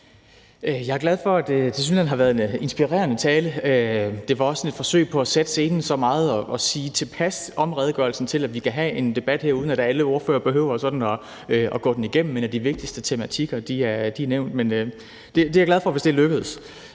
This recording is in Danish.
Jeg er glad for, at det tilsyneladende har været en inspirerende tale. Det var også et forsøg på at sætte scenen så meget og sige tilpas meget om redegørelsen til, at vi her kan have en debat, uden at alle ordførere sådan behøver at gå den igennem, men at de vigtigste tematikker er nævnt. Men jeg er glad, hvis det er lykkedes.